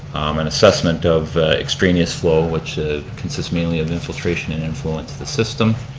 an assessment of extraneous flow, which ah consists mainly of infiltration and inflow in to the system.